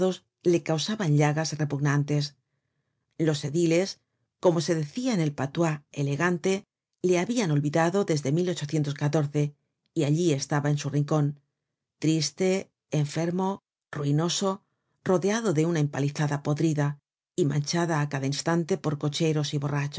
le causaban llagas repugnantes los ediles como se decia en el patuá elegante le habian olvidado desde y allí estaba en su rincon triste enfermo ruinoso rodeado de una empalizada podrida y manchada á cada instante por cocheros y